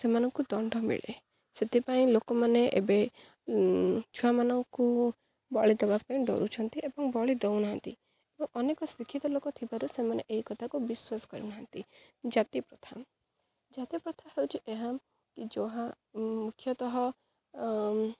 ସେମାନଙ୍କୁ ଦଣ୍ଡ ମିଳେ ସେଥିପାଇଁ ଲୋକମାନେ ଏବେ ଛୁଆମାନଙ୍କୁ ବଳି ଦେବା ପାଇଁ ଡ଼ରୁଛନ୍ତି ଏବଂ ବଳି ଦେଉନାହାନ୍ତି ଏବଂ ଅନେକ ଶିକ୍ଷିତ ଲୋକ ଥିବାରୁ ସେମାନେ ଏହି କଥାକୁ ବିଶ୍ୱାସ କରୁନାହାନ୍ତି ଜାତି ପ୍ରଥା ଜାତି ପ୍ରଥା ହେଉଛି ଏହା କି ଯାହା ମୁଖ୍ୟତଃ